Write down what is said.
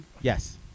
Yes